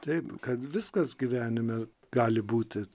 taip kad viskas gyvenime gali būti